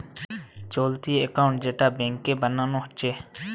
চলতি একাউন্ট যেটা ব্যাংকে বানানা হচ্ছে